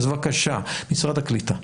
בבקשה, משרד הקליטה.